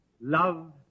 love